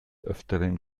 öfteren